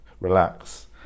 relax